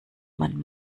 man